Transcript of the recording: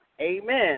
amen